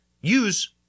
Use